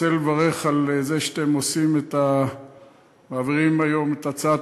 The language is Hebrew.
אני רוצה לברך על זה שאתם מעבירים היום את הצעת